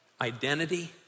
identity